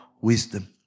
wisdom